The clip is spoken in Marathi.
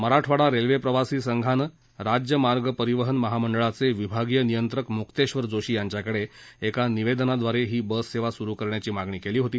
मराठवाडा रेल्वे प्रवासी संघानं राज्य मार्ग परिवहन महामंडळाचे विभागीय नियंत्रक मुक्तेश्वर जोशी यांच्याकडे एका निवेदनाद्वारे ही बस सेवा सुरू करण्याची मागणी केली होती